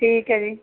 ਠੀਕ ਹੈ ਜੀ